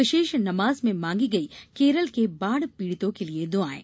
विशेष नमाज में मांगी गई केरल के बाढ़ पीड़ितों के लिये दुआएं